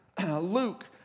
Luke